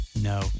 No